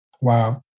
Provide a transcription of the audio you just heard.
Wow